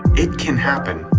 it can happen.